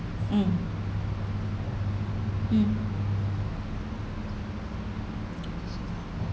hmm hmm